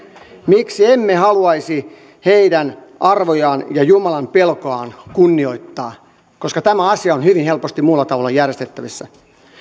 miksi emme haluaisi heidän arvojaan ja jumalanpelkoaan kunnioittaa koska tämä asia on hyvin helposti muulla tavalla järjestettävissä